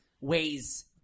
ways